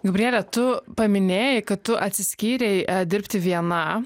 gabriele tu paminėjai kad tu atsiskyrei dirbti viena